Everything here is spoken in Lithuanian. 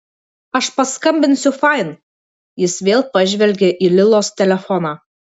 aš paskambinsiu fain jis vėl pažvelgė į lilos telefoną